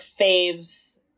faves